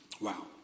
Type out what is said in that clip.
Wow